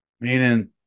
meaning